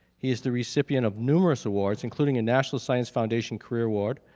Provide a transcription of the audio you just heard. he is the recipient of numerous awards including a national science foundation career award.